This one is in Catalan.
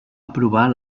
aprovar